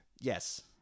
Yes